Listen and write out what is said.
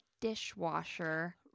dishwasher